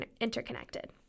interconnected